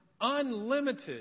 unlimited